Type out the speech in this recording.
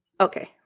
okay